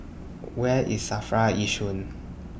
Where IS SAFRA Yishun